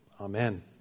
Amen